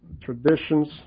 traditions